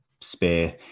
spare